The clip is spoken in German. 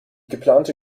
geplante